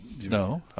No